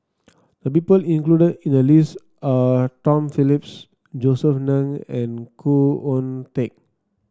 the people included in the list are Tom Phillips Josef Ng and Khoo Oon Teik